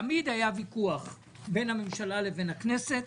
תמיד היה ויכוח בין הממשלה לבין הכנסת.